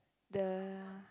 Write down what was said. the